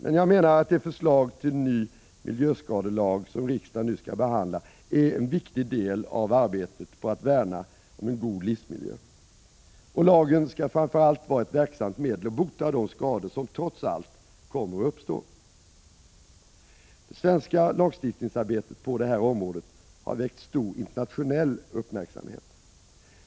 Men jag menar att det förslag till ny miljöskadelag som riksdagen nu skall behandla är en viktig del av arbetet på att värna om en god livsmiljö. Lagen skall framför allt vara ett verksamt medel att bota de skador som trots allt kommer att uppstå. Det svenska lagstiftningsarbetet på det här området har väckt stor 167 internationell uppmärksamhet.